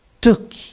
took